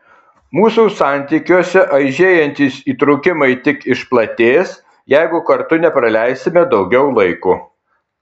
mūsų santykiuose aižėjantys įtrūkimai tik išplatės jeigu kartu nepraleisime daugiau laiko